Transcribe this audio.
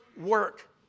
work